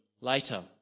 later